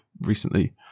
recently